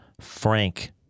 frank